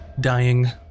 dying